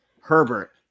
Herbert